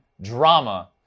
drama